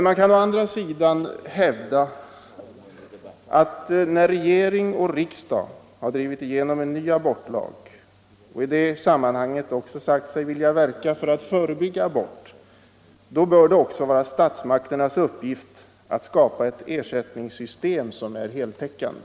Man kan å andra sidan hävda att när regering och riksdag har drivit igenom en ny abortlag och i det sammanhanget också sagt sig vilja verka för att förebygga abort, bör det vara statsmakternas uppgift att skapa ett ersättningssystem som är heltäckande.